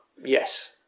Yes